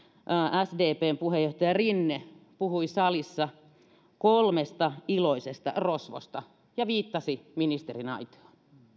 sdpn puheenjohtaja rinne puhui salissa kolmesta iloisesta rosvosta ja viittasi ministeriaitioon